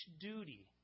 duty